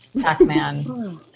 pac-man